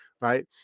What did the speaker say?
right